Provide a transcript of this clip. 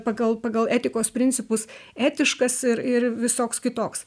pagal pagal etikos principus etiškas ir ir visoks kitoks